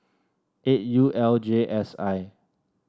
eight U L J S I